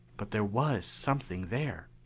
but there was something there.